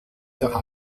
der